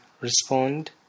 respond